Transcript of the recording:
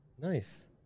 Nice